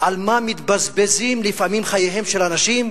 על מה מתבזבזים לפעמים חייהם של אנשים,